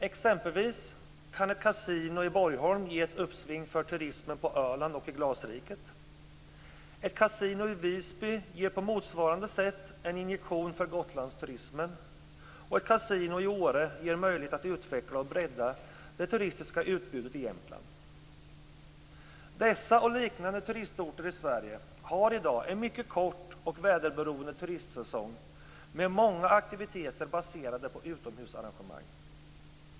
Exempelvis kan ett kasino i Borgholm ge ett uppsving för turismen på Öland och i glasriket, ett kasino i Visby ger på motsvarande sätt en injektion för Gotlandsturismen och ett kasino i Åre ger möjlighet att utveckla och bredda det turistiska utbudet i Jämtland. Dessa och liknande turistorter i Sverige har i dag en mycket kort och väderberoende turistsäsong med många aktiviteter baserade på utomhusarrangemang.